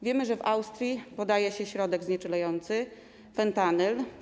Wiemy, że w Austrii podaje się środek znieczulający, fentanyl.